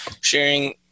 sharing